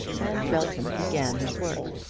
and belton began his work.